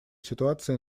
ситуации